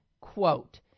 quote